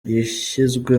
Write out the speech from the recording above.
yashyizwe